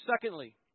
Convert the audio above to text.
Secondly